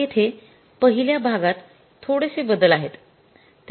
आता येथे पहिल्या भागात थोडेसे बदल आहेत